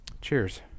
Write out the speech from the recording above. Cheers